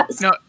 No